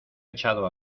echado